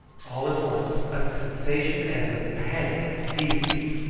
all at once a sensation as of panic seized me,